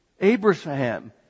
Abraham